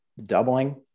doubling